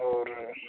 اور